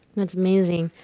that's amazing.